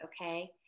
okay